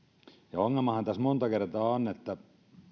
ja ongelmahan tässä monta kertaa on että